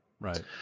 Right